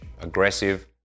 aggressive